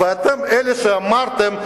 ואתם אלה שאמרתם: